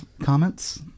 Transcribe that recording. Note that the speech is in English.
comments